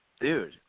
Dude